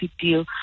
deal